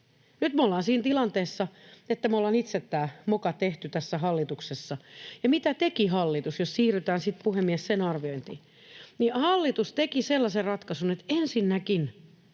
nyt me ollaan siinä tilanteessa, että me ollaan itse tämä moka tehty tässä hallituksessa. Ja mitä teki hallitus — jos siirrytään, puhemies, sen arviointiin: Hallitus teki sellaisen ratkaisun, että ensinnäkin